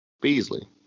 Beasley